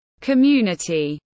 Community